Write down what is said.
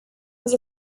was